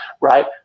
Right